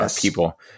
people